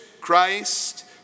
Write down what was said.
Christ